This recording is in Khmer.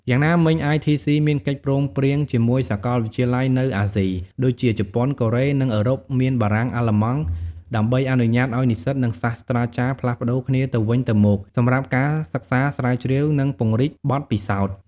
យ៉ាងណាមិញITC មានកិច្ចព្រមព្រៀងជាមួយសាកលវិទ្យាល័យនៅអាស៊ី ដូចជាជប៉ុន កូរ៉េ និងអឺរ៉ុបមាន បារាំង អាល្លឺម៉ង់ ដើម្បីអនុញ្ញាតឱ្យនិស្សិត និងសាស្ត្រាចារ្យផ្លាស់ប្តូរគ្នាទៅវិញទៅមកសម្រាប់ការសិក្សាស្រាវជ្រាវ និងពង្រីកបទពិសោធន៍។